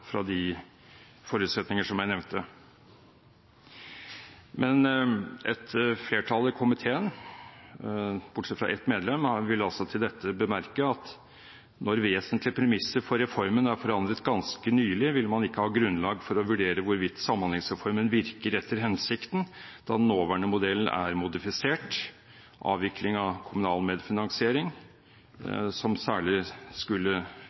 de forutsetninger som jeg nevnte. Men et flertall i komiteen, alle bortsett fra ett medlem, vil til dette bemerke at når vesentlige premisser for reformen er forandret ganske nylig, vil man ikke ha grunnlag for å vurdere hvorvidt samhandlingsreformen virker etter hensikten, da den nåværende modellen er modifisert – avvikling av kommunal medfinansiering, som særlig skulle